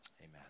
Amen